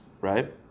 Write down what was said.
right